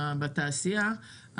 בתעשייה.